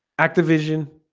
activision